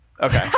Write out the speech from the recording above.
Okay